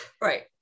Right